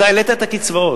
אתה העלית את הקצבאות,